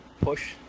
push